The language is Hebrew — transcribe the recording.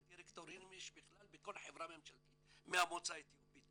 דירקטוריון יש בכלל בכל חברה ממשלתית ממוצא אתיופי,